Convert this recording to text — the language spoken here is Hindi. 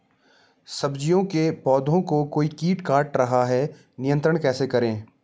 सब्जियों के पौधें को कोई कीट काट रहा है नियंत्रण कैसे करें?